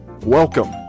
Welcome